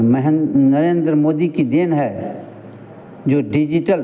महेन नरेन्द्र मोदी की देन है जो डिजिटल